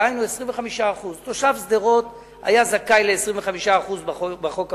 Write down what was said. דהיינו 25%. תושב שדרות היה זכאי ל-25% בחוק המקורי,